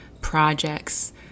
projects